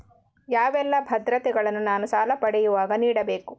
ಯಾವೆಲ್ಲ ಭದ್ರತೆಗಳನ್ನು ನಾನು ಸಾಲ ಪಡೆಯುವಾಗ ನೀಡಬೇಕು?